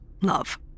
love